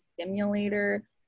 stimulator